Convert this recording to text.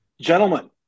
Gentlemen